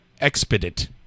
Expedite